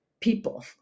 people